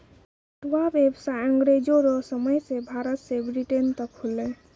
पटुआ व्यसाय अँग्रेजो रो समय से भारत से ब्रिटेन तक होलै